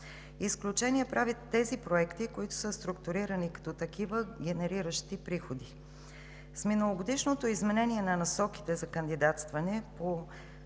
Изключение правят тези проекти, които са структурирани като такива, генериращи приходи. С миналогодишното изменение на насоките за кандидатстване по